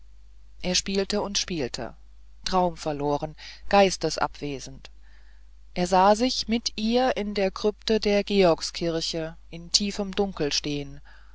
er spielte und spielte traumverloren geistesabwesend er sah sich mit ihr in der krypte der georgskirche in tiefem dunkel stehen